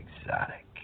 exotic